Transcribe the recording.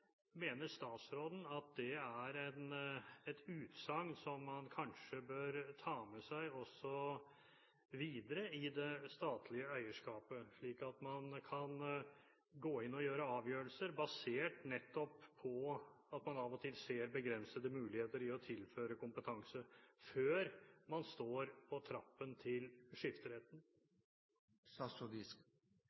mener statsråden at det er et utsagn som man kanskje også bør ta med seg videre i det statlige eierskapet, slik at man kan gå inn og ta avgjørelser basert nettopp på at man av og til ser begrensede muligheter for å tilføre kompetanse, før man står på trappen til